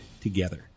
together